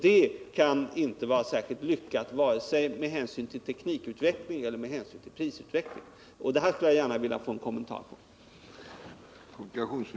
Det kan inte vara särskilt lyckat, vare sig med hänsyn till teknikutveckling eller med hänsyn till prisutveckling. Det här skulle jag gärna vilja ha en kommentar till.